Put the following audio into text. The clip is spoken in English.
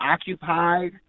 occupied